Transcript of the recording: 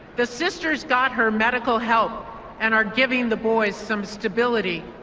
the sisters got her medical help and are giving the boys some stability.